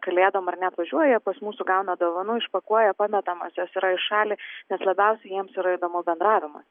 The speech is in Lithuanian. kalėdom ar ne atvažiuoja pas mūsų gauna dovanų išpakuoja pametamos jos yra į šalį nes labiausiai jiems yra įdomu bendravimas